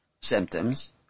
symptoms